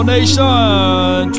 Nation